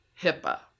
HIPAA